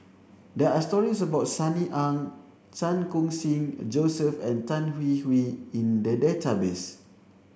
there are stories about Sunny Ang Chan Khun Sing Joseph and Tan Hwee Hwee in the database